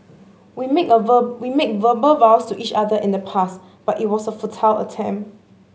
we made a we made verbal vows to each other in the past but it was a futile attempt